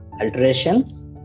alterations